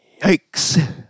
Yikes